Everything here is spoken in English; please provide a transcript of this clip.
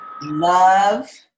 love